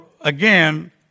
again